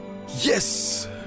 yes